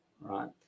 right